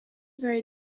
very